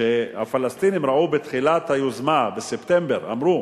שהפלסטינים ראו בתחילת היוזמה, בספטמבר, אמרו,